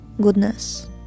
goodness